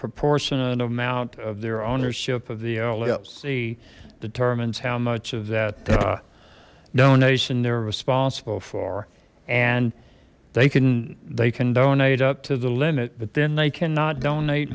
proportionate amount of their ownership of the llc determines how much of that donation they're responsible for and they can they can donate up to the limit but then they cannot donate